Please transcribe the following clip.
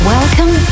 Welcome